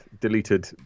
deleted